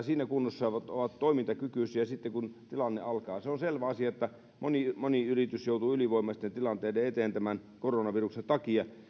siinä kunnossa että ne ovat toimintakykyisiä sitten kun se tilanne alkaa se on selvä asia että moni yritys joutuu ylivoimaisten tilanteiden eteen tämän koronaviruksen takia